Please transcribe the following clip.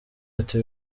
ati